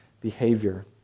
behavior